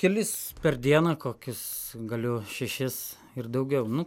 kelis per dieną kokius galiu šešis ir daugiau nu